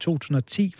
2010